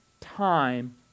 time